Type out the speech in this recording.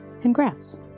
congrats